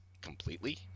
completely